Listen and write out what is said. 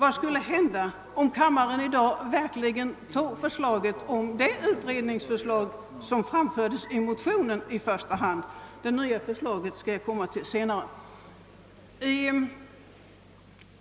Vad skulle hända, om kammaren i dag begärde den utredning som framförs i motionen? Fru Holmqvists nya yrkande skall jag senare återkomma till.